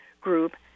group